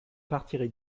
partirai